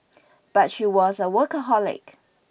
but she was a workaholic